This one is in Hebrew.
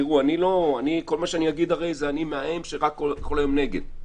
כל מה שאגיד הרי אני מההם, שרק נגד כל היום.